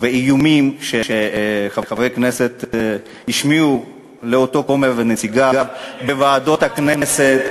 ואיומים שחברי כנסת השמיעו כלפי אותו כומר ונציגיו בוועדות הכנסת.